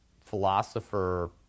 philosopher